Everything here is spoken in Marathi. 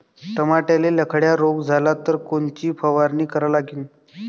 टमाट्याले लखड्या रोग झाला तर कोनची फवारणी करा लागीन?